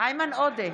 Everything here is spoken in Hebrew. איימן עודה,